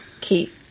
keep